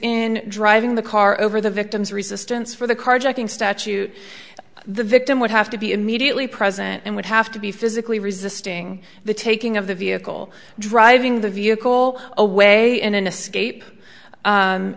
in driving the car over the victim's resistance for the carjacking statute the victim would have to be immediately present and would have to be physically resisting the taking of the vehicle driving the vehicle away in an escape